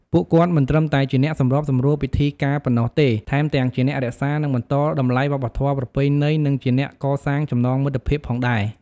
ពួកគាត់មិនត្រឹមតែជាអ្នកសម្របសម្រួលពិធីការប៉ុណ្ណោះទេ ថែមទាំងជាអ្នករក្សា និងបន្តតម្លៃវប្បធម៌ប្រពៃណី និងជាអ្នកកសាងចំណងមិត្តភាពផងដែរ។